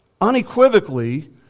unequivocally